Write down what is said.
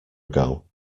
ago